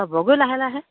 অঁ হ'ব গৈ লাহে লাহে